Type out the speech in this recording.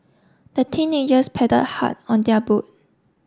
the teenagers pad hard on their boat